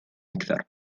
أكثر